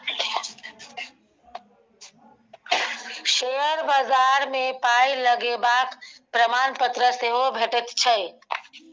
share बजार मे पाय लगेबाक प्रमाणपत्र सेहो भेटैत छै